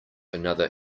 another